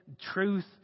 truth